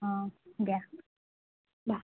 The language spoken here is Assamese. অঁ দিয়া দিয়া